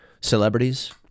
Celebrities